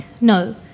no